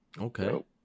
okay